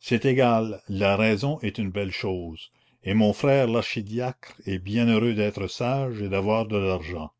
c'est égal la raison est une belle chose et mon frère l'archidiacre est bien heureux d'être sage et d'avoir de l'argent